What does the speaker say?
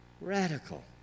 radical